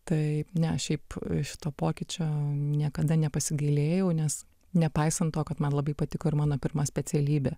taip ne šiaip šito pokyčio niekada nepasigailėjau nes nepaisant to kad man labai patiko ir mano pirma specialybė